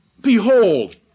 Behold